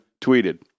tweeted